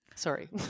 Sorry